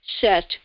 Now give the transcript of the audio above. set